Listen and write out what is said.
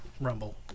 Rumble